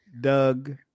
Doug